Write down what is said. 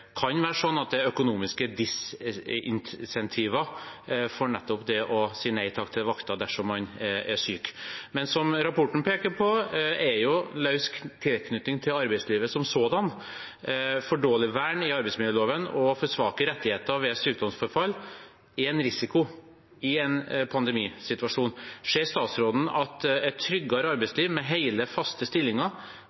nettopp det å si nei takk til vakter dersom man er syk. Men som rapporten peker på, er løs tilknytning til arbeidslivet som sådan, for dårlig vern i arbeidsmiljøloven og for svake rettigheter ved sykdomsforfall en risiko i en pandemisituasjon. Ser statsråden at et tryggere